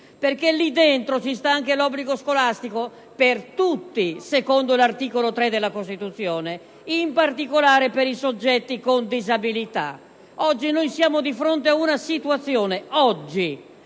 perché in quelle norme c'è anche l'obbligo scolastico per tutti, secondo l'articolo 3 della Costituzione, in particolare per i soggetti con disabilità. Oggi siamo di fronte ad una situazione in